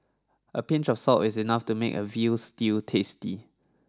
a pinch of salt is enough to make a veal stew tasty